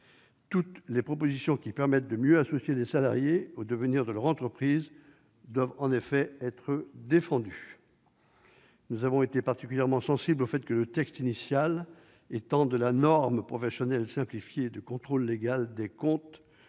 toutes les propositions qui permettent de mieux associer les salariés au devenir de leur entreprise doivent en effet être défendues. Nous avons été particulièrement sensibles au fait que le texte initial étende la norme professionnelle simplifiée de contrôle légal des comptes